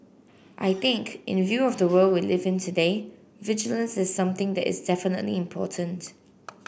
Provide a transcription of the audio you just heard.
I think in the view of the world we live in today vigilance is something that is definitely important